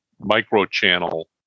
micro-channel